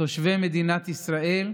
תושבי מדינת ישראל,